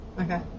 okay